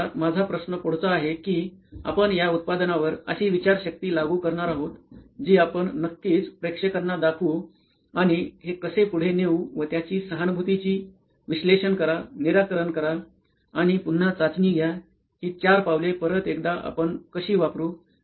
तर आता माझा प्रश्न पुढचा आहे की आपण या उत्पादनावर अशी विचारशक्ती लागू करणार आहोत जी आपण नक्कीच प्रेक्षकांना दाखवू आणि हे कसे पुढे नेऊ व त्याची सहानुभूतीची विश्लेषण करा निराकरण करा आणि पुन्हा चाचणी घ्या ही चार पावले परत एकदा आपण कशी वापरू